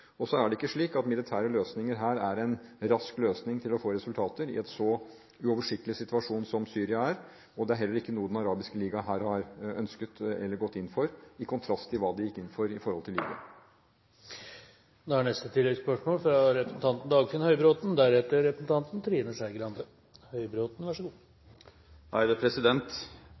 Så er det ikke slik at militære løsninger her er en rask løsning for å få resultater i en så uoversiktlig situasjon som det er i Syria. Det er heller ikke noe Den arabiske liga her har ønsket eller gått inn for – i kontrast til hva de gikk inn for i forhold til Libya. Dagfinn Høybråten – til oppfølgingsspørsmål. Jeg tror det er